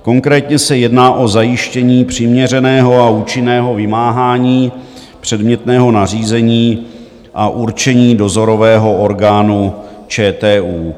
Konkrétně se jedná o zajištění přiměřeného a účinného vymáhání předmětného nařízení a určení dozorového orgánu ČTU.